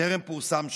שטרם פורסם שמו.